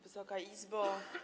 Wysoka Izbo!